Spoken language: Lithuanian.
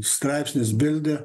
straipsnis bilde